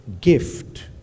gift